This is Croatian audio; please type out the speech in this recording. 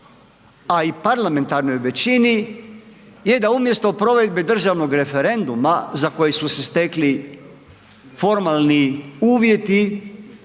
a i parlamentarnoj većini je da umjesto provedbe državnog referenduma za koji su se stekli formalni uvjeti,